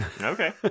Okay